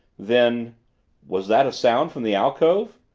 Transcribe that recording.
then was that a sound from the alcove?